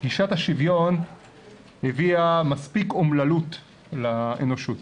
גישת השוויון הביאה מספיק אומללות לאנושות.